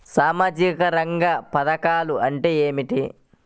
సామాజిక రంగ పధకాలు అంటే ఏమిటీ?